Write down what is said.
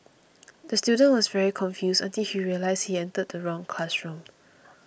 the student was very confused until he realised he entered the wrong classroom